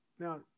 Now